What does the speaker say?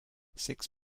six